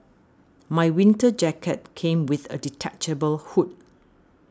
my winter jacket came with a detachable hood